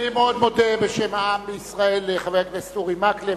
אני מאוד מודה בשם העם בישראל לחבר הכנסת אורי מקלב